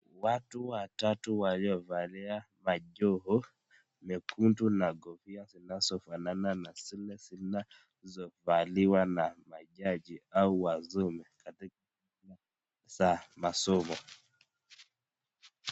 Watu watatu waliovalia majoho nyekundu na kofia zinazofanana na zile zinazovaliwa na majaji au wasomi katika masomo.